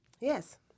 Yes